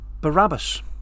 Barabbas